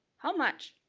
how much?